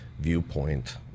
viewpoint